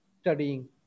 studying